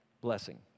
blessing